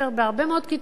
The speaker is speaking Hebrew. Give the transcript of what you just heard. בהרבה מאוד כיתות לימוד.